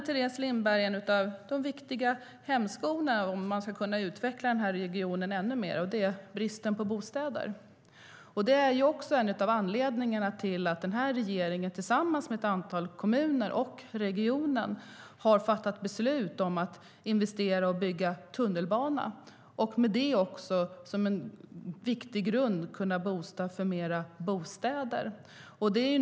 Teres Lindberg nämner en viktig hämsko när det gäller att utveckla den här regionen ännu mer, och det är bristen på bostäder. Det är en av anledningarna till att den här regeringen tillsammans med ett antal kommuner och regionen har fattat beslut om att investera i att bygga ut tunnelbanan och med det som en viktig grund bygga fler bostäder.